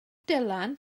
dylan